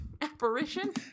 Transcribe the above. apparition